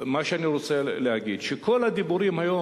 מה שאני רוצה להגיד הוא שכל הדיבורים היום